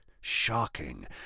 shocking